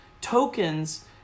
Tokens